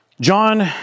John